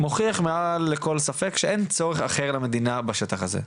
מוכיח מעל כל ספק שאין צורך אחר למדינה בשטח הזה,